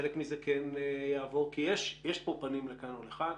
וחלק מזה כן יעבור כי יש פה פנים לכאן ולכאן.